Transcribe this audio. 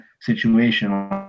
Situation